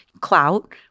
clout